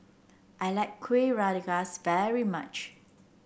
I like Kuih Rengas very much